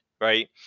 right